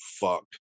Fuck